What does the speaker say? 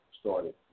started